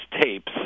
tapes